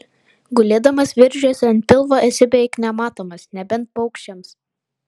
gulėdamas viržiuose ant pilvo esi beveik nematomas nebent paukščiams